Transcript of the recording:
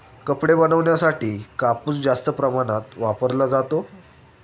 कपडे बनवण्यासाठी कापूस जास्त प्रमाणात वापरला जातो